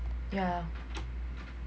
yeah